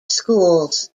schools